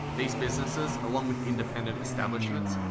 these businesses, along with independent establishments,